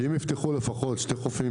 אני מבטיח שאם יפתחו לפחות שני חופים